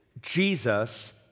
Jesus